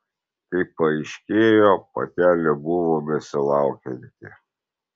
kaip paaiškėjo patelė buvo besilaukianti